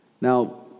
now